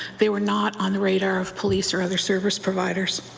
they were not on the radar of police or other service providers.